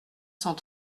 cent